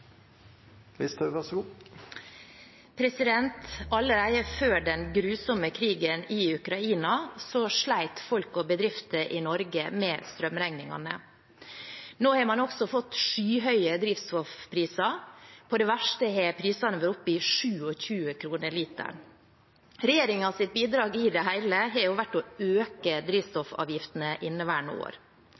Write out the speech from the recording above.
Allerede før den grusomme krigen i Ukraina slet folk og bedrifter i Norge med strømregningene. Nå har man også får skyhøye drivstoffpriser. På det verste har prisene vært oppe i 27 kroner literen. Regjeringens bidrag i det hele har jo vært å øke drivstoffavgiftene inneværende år.